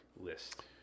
list